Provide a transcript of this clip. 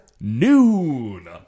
noon